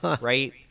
Right